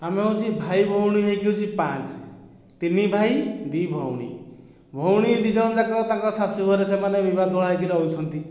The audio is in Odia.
ଆମେ ହୋଉଛି ଭାଇ ଭଉଣୀ ହୋଇକି ଅଛି ପାଞ୍ଚ ତିନି ଭାଇ ଦୁଇ ଭଉଣୀ ଭଉଣୀ ଦି ଜଣ ଯାକ ତାଙ୍କ ଶାଶୁ ଘରେ ସେମାନେ ବିଭା ତୋଳା ହୋଇକି ରହୁଛନ୍ତି